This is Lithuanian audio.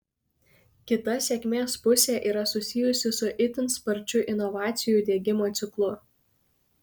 kita sėkmės pusė yra susijusi su itin sparčiu inovacijų diegimo ciklu